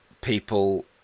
people